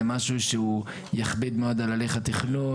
משהו שהוא יכביד מאוד על הליך התכנון.